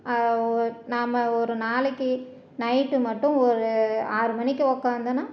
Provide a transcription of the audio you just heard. நாம ஒரு நாளைக்கு நைட்டு மட்டும் ஒரு ஆறுமணிக்கு உக்காந்தோம்னா